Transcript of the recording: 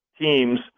teams